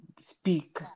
speak